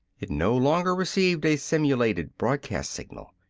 it no longer received a simulated broadcast signal.